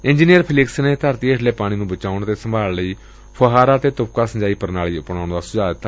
engineer Felix ਨੇ ਧਰਤੀ ਹੇਠਲੇ ਪਾਣੀ ਨੂੰ ਬਚਾਊਣ ਅਤੇ ਸੰਭਾਲ ਲਈ ਫੂਹਾਰਾ ਤੇ ਡੂਪਕਾ ਸਿੰਜਾਈ ਪ੍ਰਣਾਲੀ ਅਪਣਾਉਣ ਦਾ ਸੁਝਾਅ ਦਿੱਤਾ